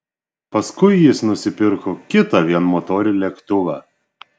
paskui jis nusipirko kitą vienmotorį lėktuvą